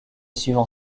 suivant